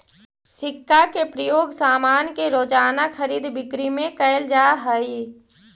सिक्का के प्रयोग सामान के रोज़ाना खरीद बिक्री में कैल जा हई